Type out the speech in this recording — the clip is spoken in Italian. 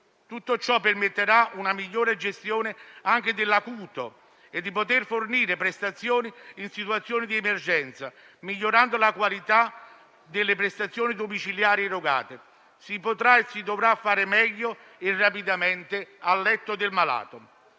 Tutto ciò permetterà una migliore gestione anche dell'acuto e di fornire assistenza in situazioni di emergenza, migliorando la qualità delle prestazioni domiciliari erogate. Si potrà e si dovrà fare meglio e rapidamente presso il letto del malato.